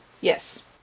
Yes